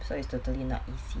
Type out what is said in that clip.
so it's totally not easy